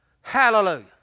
Hallelujah